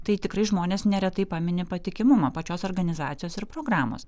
tai tikrai žmonės neretai pamini patikimumą pačios organizacijos ir programos